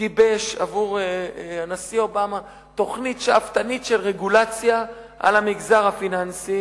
וגיבש עבור הנשיא אובמה תוכנית שאפתנית של רגולציה על המגזר הפיננסי,